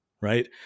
right